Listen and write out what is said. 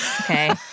okay